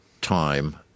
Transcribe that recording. time